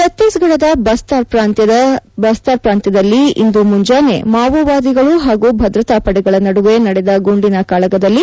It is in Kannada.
ಛತ್ತೀಸ್ಗಡದ ಬಸ್ತಾರ್ ಪ್ರಾಂತ್ಯದಲ್ಲಿ ಇಂದು ಮುಂಜಾನೆ ಮಾವೋವಾದಿಗಳು ಹಾಗೂ ಭದ್ರತಾ ಪಡೆಗಳ ನಡುವೆ ನಡೆದ ಗುಂಡಿನ ಕಾಳಗದಲ್ಲಿ